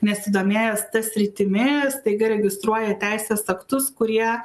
nesidomėjęs ta sritimi staiga registruoja teisės aktus kurie